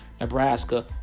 Nebraska